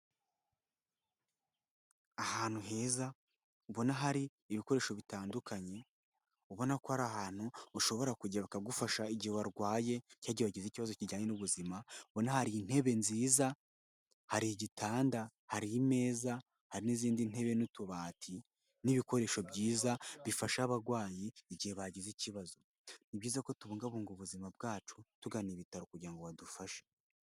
Ahantu heza ubona hari ibikoresho bitandukanye, ubona ko ari ahantu ushobora kugera bakagufasha igihe warwaye cyangwa igihe wagize ikibazo kijyanye n'ubuzima ubona hari intebe nziza hari igitanda hari imeza, hari n'izindi ntebe n'utubati n'ibikoresho byiza, bifasha abarwayi igihe bagize ikibazo. Ni byiza ko tubungabunga ubuzima bwacu tugana ibitaro kugira ngo badufashe.